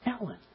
Ellen